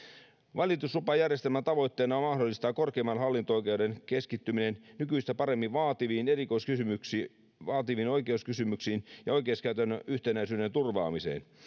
valituslupajärjestelmän tavoitteena on on mahdollistaa korkeimman hallinto oikeuden keskittyminen nykyistä paremmin vaativiin erikoiskysymyksiin vaativiin oikeuskysymyksiin ja oikeuskäytännön yhtenäisyyden turvaamiseen